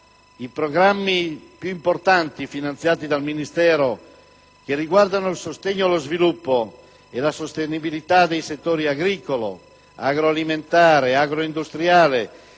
i programmi più importanti finanziati dal Ministero che riguardano il sostegno allo sviluppo e la sostenibilità dei settori agricolo, agroalimentare, agroindustriale